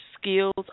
skills